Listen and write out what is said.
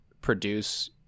produce